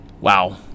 wow